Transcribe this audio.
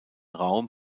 raum